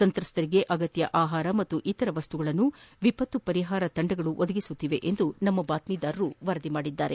ಸಂತ್ರಸ್ತರಿಗೆ ಅಗತ್ಯ ಆಹಾರ ಮತ್ತು ಇತರ ವಸ್ತುಗಳನ್ನು ವಿಪತ್ತು ಪರಿಹಾರ ತಂಡ ಒದಗಿಸುತ್ತಿದೆ ಎಂದು ನಮ್ನ ಬಾತ್ತೀದಾರರು ವರದಿ ಮಾಡಿದ್ದಾರೆ